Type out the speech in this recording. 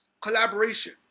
Collaboration